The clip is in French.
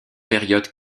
périodes